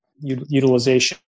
utilization